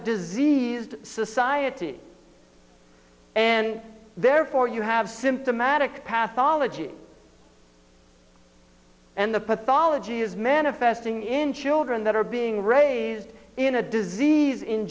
diseased society and therefore you have symptomatic past ology and the pathology is manifesting in children that are being raised in a disease in